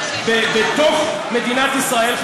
בתוך מדינת ישראל,